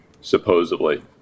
supposedly